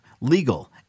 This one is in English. legal